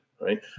Right